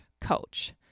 coach